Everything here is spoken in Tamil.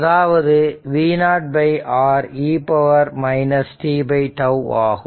அதாவது v0R e tτ ஆகும்